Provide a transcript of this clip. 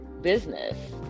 business